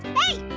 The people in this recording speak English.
hey,